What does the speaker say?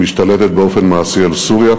היא משתלטת באופן מעשי על סוריה,